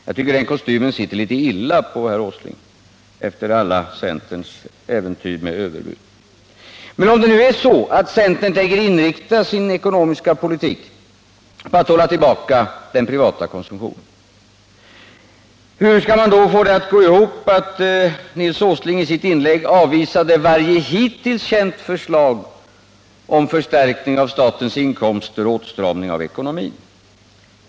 Jag tycker den kostymen sitter litet illa på herr Åsling efter alla centerns äventyr med överbud. Om centern tänker inrikta sin ekonomiska politik på att hålla tillbaka den privata konsumtionen, hur skall man få det att gå ihop med att Nils Åsling i sitt inlägg avvisade varje hittills känt förslag om förstärkning av statens inkomster och åtstramning av ekonomin?